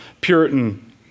Puritan